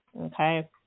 Okay